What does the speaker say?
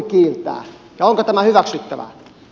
ja onko tämä hyväksyttävää